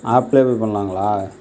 ஆப்பிலே போய் பண்ணலாங்ளா